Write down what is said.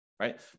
Right